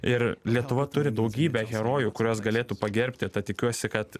ir lietuva turi daugybę herojų kuriuos galėtų pagerbti tad tikiuosi kad